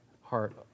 heart